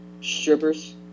Strippers